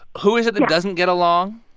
who is it that doesn't get along?